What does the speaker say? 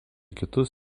kitus